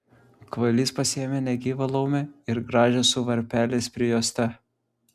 kvailys pasiėmė negyvą laumę ir gražią su varpeliais prijuostę